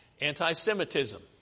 Anti-Semitism